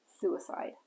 suicide